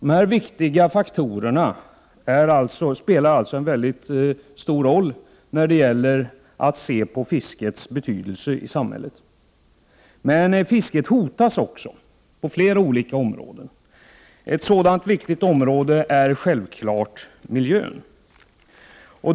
De här viktiga faktorerna spelar en väldigt stor roll när det gäller att se på fiskets betydelse i samhället. Men fisket hotas också på flera olika områden. Ett sådant viktigt område är miljön.